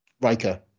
Riker